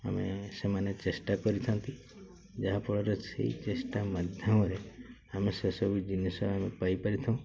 ଆମେ ସେମାନେ ଚେଷ୍ଟା କରିଥାନ୍ତି ଯାହାଫଳରେ ସେଇ ଚେଷ୍ଟା ମାଧ୍ୟମରେ ଆମେ ସେସବୁ ଜିନିଷ ଆମେ ପାଇପାରିଥାଉ